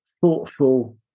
thoughtful